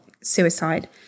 suicide